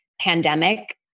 pandemic